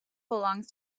belongs